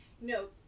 no